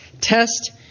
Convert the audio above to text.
test